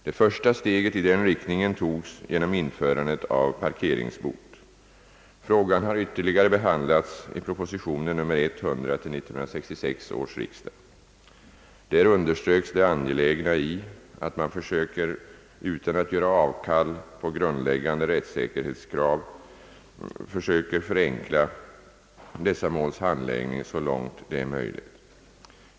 Det första steget i den riktningen togs genom införandet av parkeringsbot. Frågan har ytterligare behandlats i prop. 1966: 100. Där underströks det angelägna i att man försöker förenkla dessa måls handläggning så långt det är möjligt utan att göra avkall på grundläggande rättssäkerhetskrav.